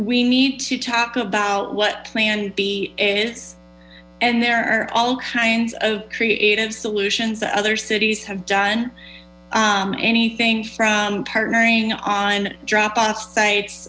we need to talk about what plan b is and there are all kinds of creative solutions that other cities have done anything from partnering on dropoff sites